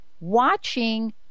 watching